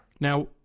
Now